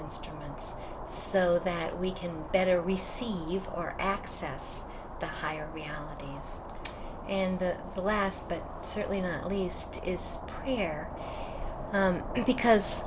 instruments so that we can better receive or access the higher realities and the last but certainly not least is fair because